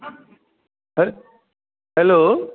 hello